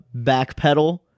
backpedal